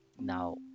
Now